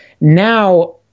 Now